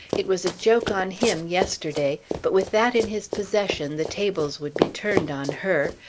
it was a joke on him yesterday, but with that in his possession, the tables would be turned on her.